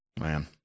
man